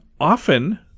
often